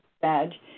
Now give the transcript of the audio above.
badge